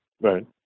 right